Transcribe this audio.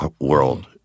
world